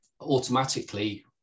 automatically